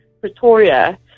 Pretoria